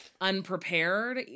unprepared